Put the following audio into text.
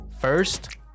first